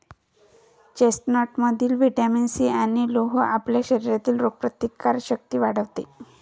चेस्टनटमधील vitamin C आणि लोह आपल्या शरीरातील रोगप्रतिकारक शक्ती वाढवते